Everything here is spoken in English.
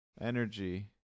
energy